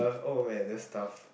oh man that's tough